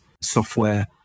software